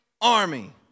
army